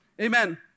Amen